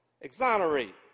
Exonerate